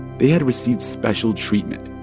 they had received special treatment.